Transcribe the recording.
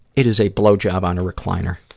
it is a blowjob on a recliner.